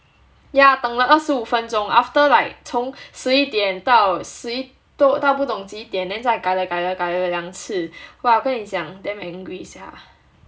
yeah 等了二十五分钟 after like 从十一点到十一到不懂几点改了改了改了两次 !wah! 跟你讲 damn angry sia